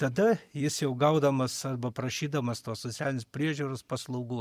tada jis jau gaudamas arba prašydamas tos socialinės priežiūros paslaugų